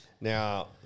Now